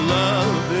love